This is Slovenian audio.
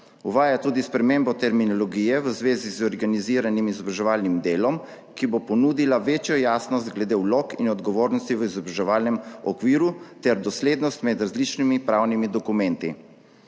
Uvaja tudi spremembo terminologije v zvezi z organiziranim izobraževalnim delom, ki bo ponudila večjo jasnost glede vlog in odgovornosti v izobraževalnem okviru ter doslednost med različnimi pravnimi dokumenti.